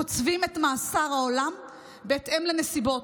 קוצבים את מאסר העולם בהתאם לנסיבות.